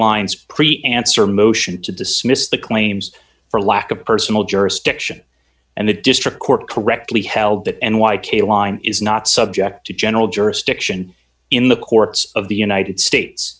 pre answer motion to dismiss the claims for lack of personal jurisdiction and the district court correctly held that n y caroline is not subject to general jurisdiction in the courts of the united states